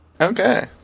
Okay